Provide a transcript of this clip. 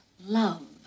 love